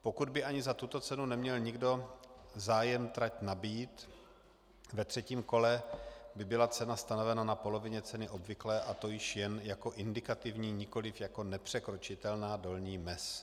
Pokud by ani za tuto cenu neměl nikdo zájem trať nabýt, ve třetím kole by byla cena stanovena na polovině ceny obvyklé, a to již jen jako indikativní, nikoliv jako nepřekročitelná dolní mez.